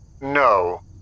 No